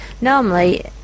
normally